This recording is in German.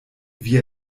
wie